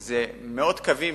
זה מאות קווים